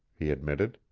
he admitted.